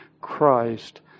Christ